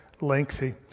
lengthy